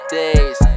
days